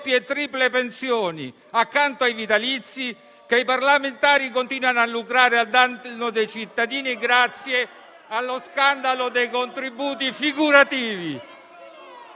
e triple pensioni, accanto ai vitalizi, che i parlamentari continuano a lucrare a danno dei cittadini, grazie allo scandalo dei contributi figurativi.